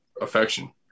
affection